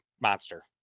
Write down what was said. monster